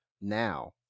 now